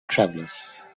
travelers